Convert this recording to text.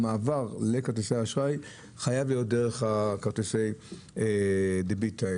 המעבר לכרטיסי אשראי חייב להיות דרך כרטיסי דביט.